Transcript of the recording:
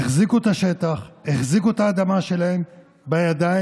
החזיקו את השטח, החזיקו את האדמה שלהם בשיניים,